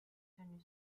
tenu